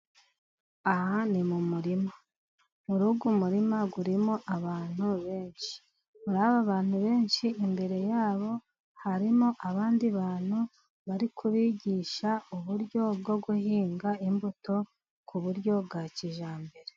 Aha ni mu murima, muri uyu murima urimo abantu benshi, muri aba bantu benshi imbere yabo harimo abandi bantu bari kubigisha uburyo bwo guhinga imbuto ku buryo bwa kijyambere.